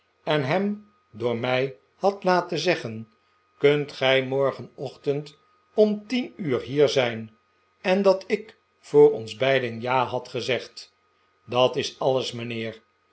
en hem door mij hadt laten zeggen kunt gij morgenochtend om tien uur hier zijn en dat ik r voor ons beiden ja had gezegd dat is alles mijnheer